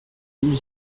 mille